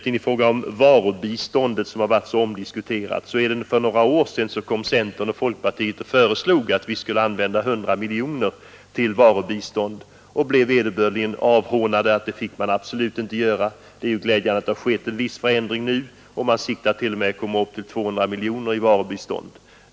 I fråga om varubiståndet som varit omdiskuterat föreslog centern och folkpartiet för några år sedan att man skulle använda 100 miljoner kronor till varubistånd. Vi blev då vederbörligen avhånade, och det sades att sådant bistånd fick man absolut inte lämna. Det är glädjande att det skett en förändring; man siktar nu t.o.m. på att komma upp till 200 miljoner kronor i varubistånd.